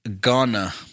Ghana